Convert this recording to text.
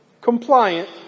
compliant